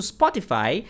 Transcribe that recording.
Spotify